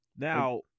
Now